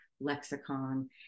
lexicon